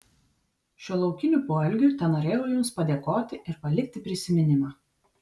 šiuo laukiniu poelgiu tenorėjau jums padėkoti ir palikti prisiminimą